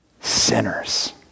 sinners